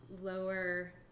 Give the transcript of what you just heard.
lower